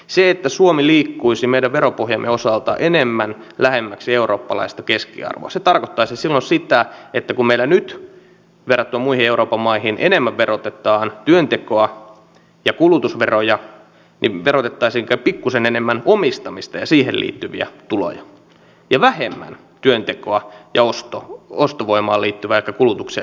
se että suomi liikkuisi meidän veropohjamme osalta enemmän lähemmäksi eurooppalaista keskiarvoa tarkoittaisi silloin sitä että kun meillä nyt verrattuna muihin euroopan maihin enemmän verotetaan työntekoa ja kulutusveroja niin verotettaisiinkin pikkuisen enemmän omistamista ja siihen liittyviä tuloja ja vähemmän työntekoa ja ostovoimaan liittyvää ehkä kulutukseen liittyvää verotusta